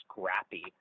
scrappy